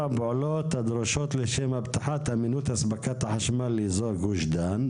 פעולות הדרושות לשם הבטחת אמינות אספקת החשמל לאזור גוש דן,